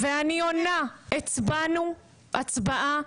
ואני עונה, הצבענו הצבעה